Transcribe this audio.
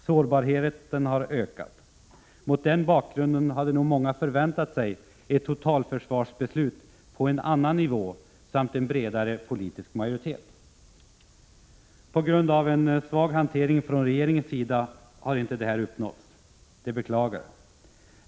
Sårbarheten har ökat. Mot den bakgrunden hade nog många förväntat sig ett totalförsvarsbeslut på en annan nivå samt en bredare politisk majoritet. På grund av en svag hantering från regeringens sida har det inte uppnåtts. Det beklagar jag.